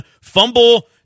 fumble